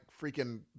freaking